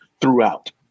throughout